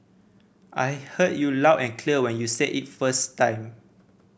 I heard you loud and clear when you said it first time